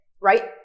right